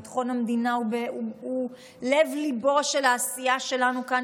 ביטחון המדינה הוא לב-ליבה של העשייה שלנו כאן,